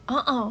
uh uh